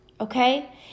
okay